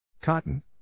Cotton